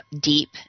deep